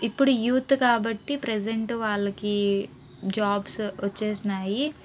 ఇప్పుడు యూత్ కాబట్టి ప్రెసెంట్ వాళ్ళకి జాబ్స్ వచ్చేసినాయి